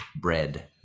bread